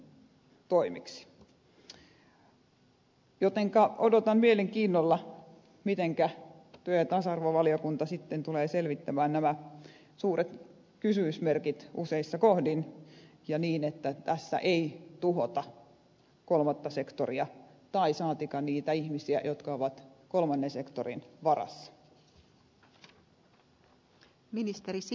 näin ollen odotan mielenkiinnolla mitenkä työ ja tasa arvovaliokunta sitten tulee selvittämään nämä suuret kysymysmerkit useissa kohdin ja niin että tässä ei tuhota kolmatta sektoria saatikka niitä ihmisiä jotka ovat kolmannen sektorin varassa